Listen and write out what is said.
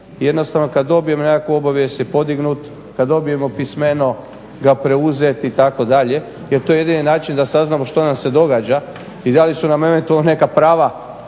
jednostavno kada dobijemo nekakvu obavijest je podignut, kada dobijemo pismeno ga preuzeti itd., jer to je jedini način da saznamo što nam se događa i da li su nam eventualno neka prava